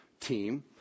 team